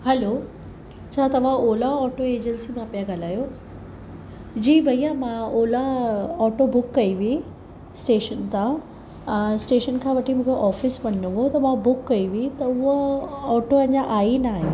हलो छा तव्हां Ola auto agency मां पिया ॻाल्हायो जी भैया मां ओला ऑटो बुक कई हुई स्टेशन था स्टेशन खां वठी मूंखे ऑफ़िस वञिणो हुओ त मां बुक कई हुई त उहो ऑटो अञा आई नाहे